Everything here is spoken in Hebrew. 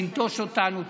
תנטוש אותנו,